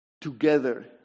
together